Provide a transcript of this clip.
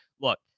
look